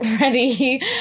ready